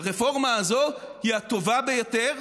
הרפורמה הזו היא הטובה ביותר